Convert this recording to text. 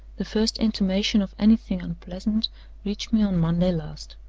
the first intimation of anything unpleasant reached me on monday last.